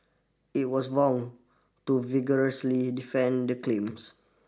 it was vowed to vigorously defend the claims